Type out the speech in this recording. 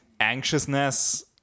anxiousness